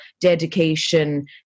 dedication